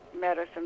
medicine